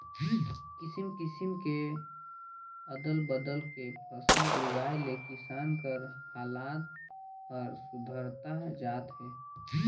किसम किसम के अदल बदल के फसल उगाए ले किसान कर हालात हर सुधरता जात हे